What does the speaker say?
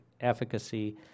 efficacy